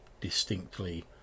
distinctly